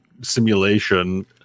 simulation